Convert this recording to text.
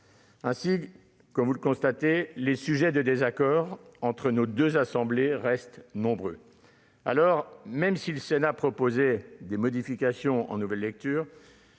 mes chers collègues, les sujets de désaccords entre nos deux assemblées restent nombreux. Même si le Sénat proposait des modifications en nouvelle lecture,